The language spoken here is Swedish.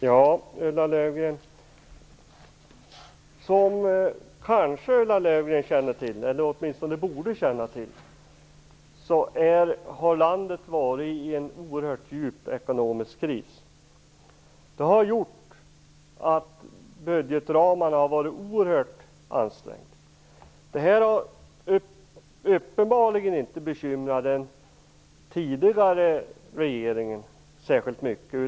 Fru talman! Som Ulla Löfgren borde känna till har landet varit i en oerhört djup ekonomisk kris. Det har gjort att budgetramarna har varit oerhört ansträngda. Detta har uppenbarligen inte bekymrat den tidigare regeringen särskilt mycket.